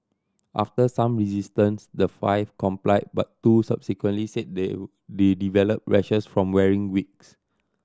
after some resistance the five complied but two subsequently said they they developed rashes from wearing wigs